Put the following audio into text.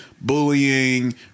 bullying